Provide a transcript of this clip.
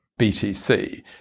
BTC